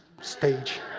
stage